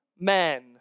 men